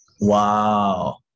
Wow